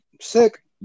sick